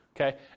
Okay